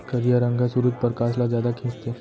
करिया रंग ह सुरूज परकास ल जादा खिंचथे